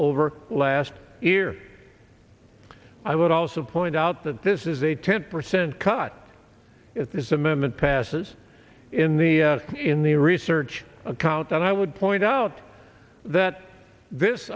over last year i would also point out that this is a ten percent cut at this amendment passes in the in the research account and i would point out that this